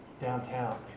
Downtown